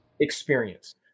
experience